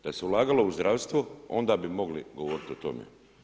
Da se ulagalo u zdravstvo onda bi mogli govoriti o tome.